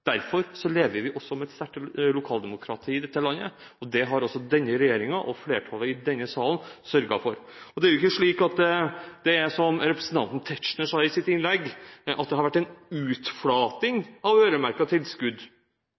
Derfor lever vi med et sterkt lokaldemokrati i dette landet, og det har også denne regjeringen og flertallet i denne salen sørget for. Og det er jo ikke slik som representanten Tetzschner sa i sitt innlegg, at det har vært en utflating av øremerkede tilskudd.